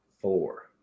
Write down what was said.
four